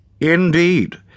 Indeed